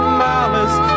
malice